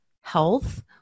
health